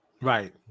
Right